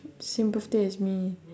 same birthday as me